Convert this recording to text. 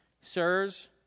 Sirs